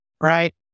right